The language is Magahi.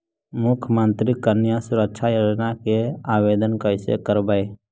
मुख्यमंत्री कन्या सुरक्षा योजना के आवेदन कैसे करबइ?